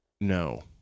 No